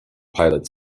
pilots